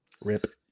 Rip